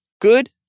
Good